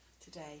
today